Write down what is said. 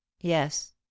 Yes